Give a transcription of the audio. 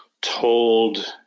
told